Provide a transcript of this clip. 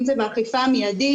אם זה באכיפה המיידית,